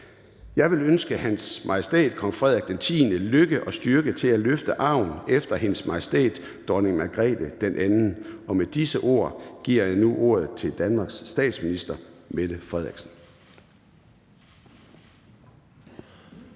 Jeg vil ønske Hans Majestæt Kong Frederik X lykke og styrke til at løfte arven efter Hendes Majestæt Dronning Margrethe II. Med disse ord giver jeg nu ordet til Danmarks statsminister. Kl.